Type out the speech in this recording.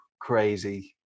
crazy